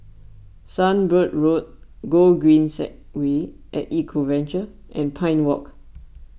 Sunbird Road Gogreen Segway at Eco Adventure and Pine Walk